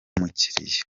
umukiliya